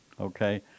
Okay